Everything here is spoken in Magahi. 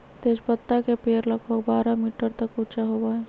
तेजपत्ता के पेड़ लगभग बारह मीटर तक ऊंचा होबा हई